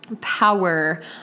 power